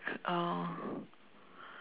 uh